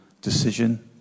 decision